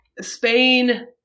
Spain